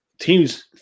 teams